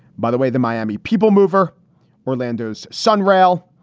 by the way, the miami people mover orlando's son rail.